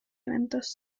eventos